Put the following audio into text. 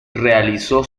realizó